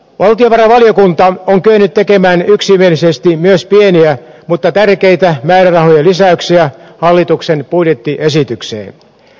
valtiovarainvaliokunta on kyennyt tekemään yksimielisesti myös pieniä mutta tärkeitä määrärahojen lisäyksiä hallituksen budjettiesitykseen